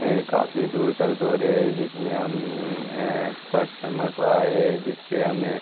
کافی دور تک دورے جس میں ہم فسٹ نمر پہ آئے جس پہ ہمیں